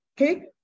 Okay